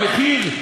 המחיר,